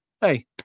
hey